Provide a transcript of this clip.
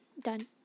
done